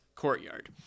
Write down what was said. courtyard